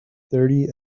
thirty